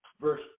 verse